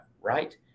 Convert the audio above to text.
right